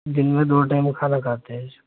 دِن میں دو ٹائم کھانا کھاتے ہیں جی